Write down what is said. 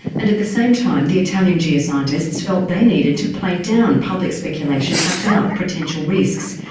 and at the same time the italian geoscientists felt they needed to play down public speculation about potential risks.